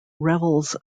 revels